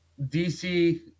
DC